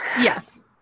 yes